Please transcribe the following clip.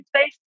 space